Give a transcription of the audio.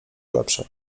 lepsze